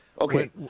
Okay